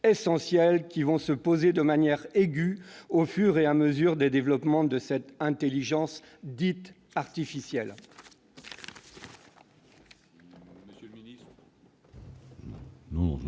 qui vont se poser de manière aigüe au fur et à mesure des développements de cette intelligence dite « artificielle